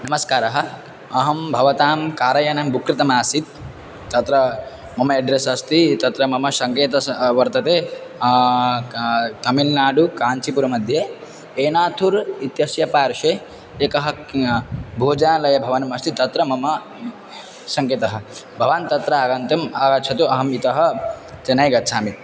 नमस्कारः अहं भवतां कारयानं बुक् कृतमासीत् तत्र मम एड्रेस् अस्ति तत्र मम सङ्केतं वर्तते तमिल्नाडुकाञ्चिपुरमघ्ये एनाथुर् इत्यस्य पार्श्वे एकः भोजनालयः भवनमस्ति तत्र मम सङ्केतः भवान् तत्र आगन्तुम् आगच्छतु अहम् इतः चेन्नै गच्छामि